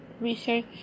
Research